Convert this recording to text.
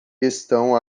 estão